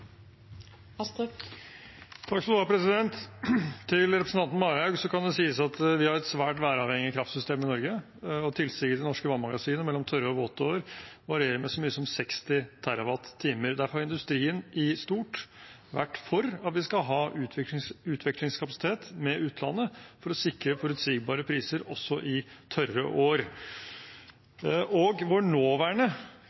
sies at vi har et svært væravhengig kraftsystem i Norge. Tilsiget i norske vannmagasiner varierer mellom tørre og våte år med så mye som 60 TWh. Derfor har industrien i stort vært for at vi skal ha utvekslingskapasitet med utlandet for å sikre forutsigbare priser også i tørre